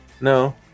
no